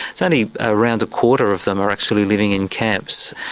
it's only around a quarter of them are actually living in camps.